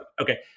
Okay